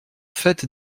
fait